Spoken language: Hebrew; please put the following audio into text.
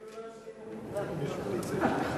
ואם הם לא יסכימו?